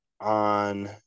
on